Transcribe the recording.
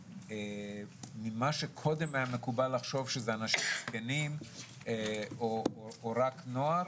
בוודאי לא מצאו תוספת של תקנים או תוספת של פרא-רפואיים,